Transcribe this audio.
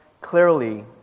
clearly